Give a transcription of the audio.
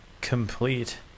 complete